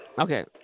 Okay